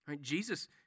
Jesus